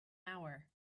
hour